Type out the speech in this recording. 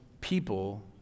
people